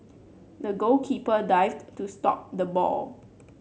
the goalkeeper dived to stop the ball